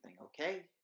okay